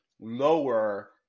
lower